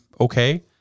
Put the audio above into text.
okay